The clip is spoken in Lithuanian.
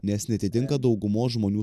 nes neatitinka daugumos žmonių